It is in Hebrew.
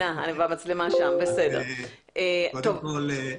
בזמנו הייתי